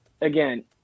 again